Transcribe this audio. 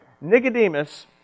Nicodemus